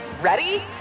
Ready